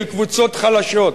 של קבוצות חלשות,